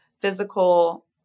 physical